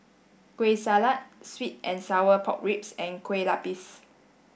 Kueh Salat Sweet and sour pork ribs and Kue Lupis